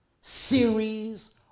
series